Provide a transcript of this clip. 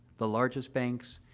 the largest banks,